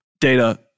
data